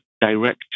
direct